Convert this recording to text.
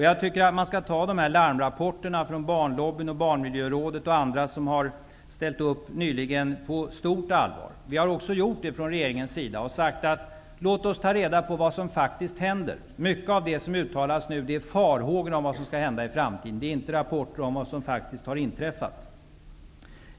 Jag tycker att man skall ta larmrapporterna från Barnlobbyn, Barnmiljörådet och andra på stort allvar. Det har regeringen också gjort. Vi har sagt att vi skall ta reda på vad som faktiskt händer. Mycket av det som uttalas nu är farhågor för vad som skall hända i framtiden. Det är inte rapporter om vad som faktiskt har inträffat.